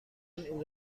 این